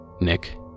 Nick